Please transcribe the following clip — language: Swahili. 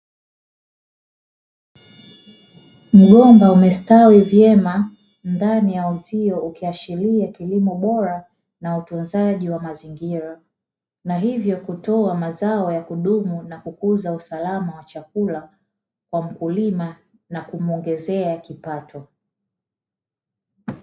Mgomba umestawi vyema ndani ya uzio ukiashiria kilimo bora na utunzaji wa mazingira. Na hivyo kutoa mazao ya kudumu na kukuza usalama wa chakula kwa mkulima na kumuongezea kipato .